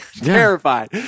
terrified